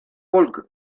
folk